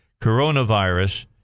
coronavirus